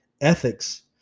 ethics